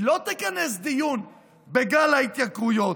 היא לא תכנס דיון על גל ההתייקרויות.